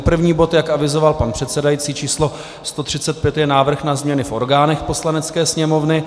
První bod, jak avizoval pan předsedající, číslo 135, je návrh na změnu v orgánech Poslanecké sněmovny.